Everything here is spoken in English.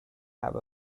have